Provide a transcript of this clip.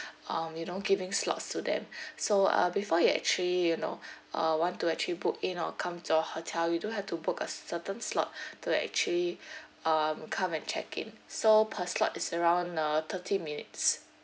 um you know giving slots to them so uh before you actually you know uh want to actually book in or come to our hotel you do have to book a certain slot to actually um come and check in so per slot is around uh thirty minutes